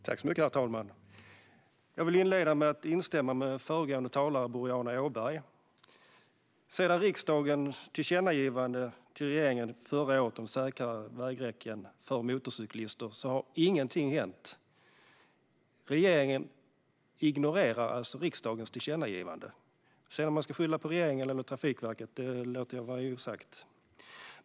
Herr talman! Jag vill inleda med att instämma med föregående talare, Boriana Åberg. Sedan riksdagens tillkännagivande till regeringen förra året om säkrare vägräcken för motorcyklister har ingenting hänt. Regeringen ignorerar alltså riksdagens tillkännagivande. Om man sedan ska skylla på regeringen eller Trafikverket låter jag vara osagt.